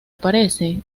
aparece